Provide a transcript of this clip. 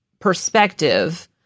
perspective